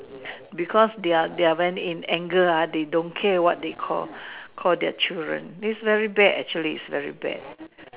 because they're they're venting in anger they don't care what they call call their children is very bad actually is very bad